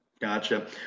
Gotcha